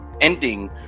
ending